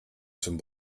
zum